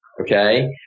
Okay